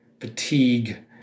fatigue